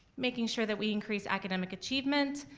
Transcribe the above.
making sure that we increase academic achievement,